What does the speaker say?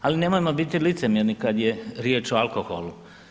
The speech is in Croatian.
Ali, nemojmo biti licemjerni kad je riječ o alkoholu.